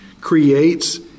creates